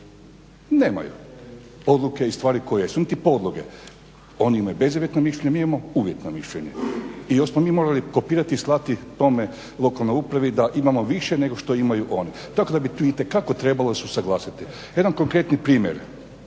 Nemaju. Odluke i stvari koje su ti podloge. Oni imaju bezuvjetno mišljenje, mi imamo uvjetno mišljenje i još smo mi morali kopirati i slati k tome lokalnoj upravi da imamo više nego što imaju oni. Dakle, tu bi itekako trebalo se usuglasiti. Jedan konkretni primjer,